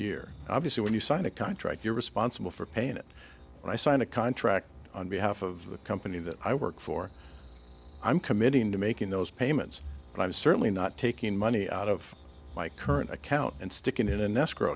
year obviously when you sign a contract you're responsible for paying it and i sign a contract on behalf of the company that i work for i'm committing to making those payments and i'm certainly not taking money out of my current account and stick it in an escrow